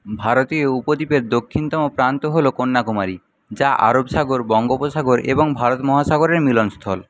ভারতীয় উপদ্বীপের দক্ষিণতম প্রান্ত হল কন্যাকুমারী যা আরব সাগর বঙ্গোপসাগর এবং ভারত মহাসাগরের মিলনস্থল